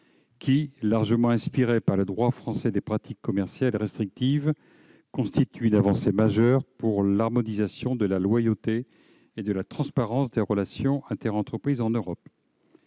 qui, largement inspirée par le droit français des pratiques commerciales restrictives (PCR), constitue une avancée majeure pour l'harmonisation de la loyauté et de la transparence des relations interentreprises en Europe.